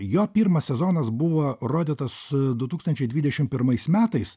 jo pirmas sezonas buvo rodytas du tūkstančiai dvidešim pirmais metais